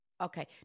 Okay